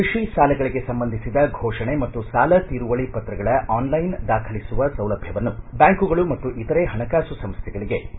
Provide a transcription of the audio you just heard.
ಕೃಷಿ ಸಾಲಗಳಿಗೆ ಸಂಬಂಧಿಸಿದ ಘೋಷಣೆ ಮತ್ತು ಸಾಲ ತೀರುವಳಿ ಪತ್ರಗಳ ಆನ್ಲೈನ್ ದಾಖಲಿಸುವ ಸೌಲಭ್ಯವನ್ನು ಬ್ಯಾಂಕುಗಳು ಮತ್ತು ಇತರೆ ಹಣಕಾಸು ಸಂಸ್ಥೆಗಳಿಗೆ ಒದಗಿಸಲಾಗಿದೆ